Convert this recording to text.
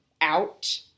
out